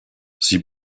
sie